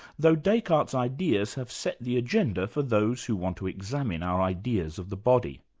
though descartes' ideas have set the agenda for those who want to examine our ideas of the body.